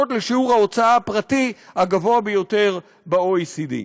לעמוד בשיעור ההוצאה הפרטי הגבוה ביותר ב-OECD.